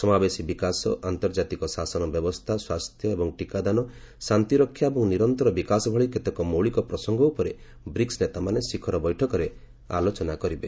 ସମାବେଶୀ ବିକାଶ ଆନ୍ତର୍ଜାତିକ ଶାସନ ବ୍ୟବସ୍ଥା ସ୍ୱାସ୍ଥ୍ୟ ଏବଂ ଟୀକାଦାନ ଶାନ୍ତି ରକ୍ଷା ଏବଂ ନିରନ୍ତର ବିକାଶ ଭଳି କେତେକ ମୌଳିକ ପ୍ରସଙ୍ଗ ଉପରେ ବ୍ରିକ୍କ ନେତାମାନେ ଶିଖର ବୈଠକରେ ଆଲୋଚନା କରିବେ